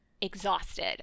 exhausted